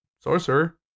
Sorcerer